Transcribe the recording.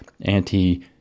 anti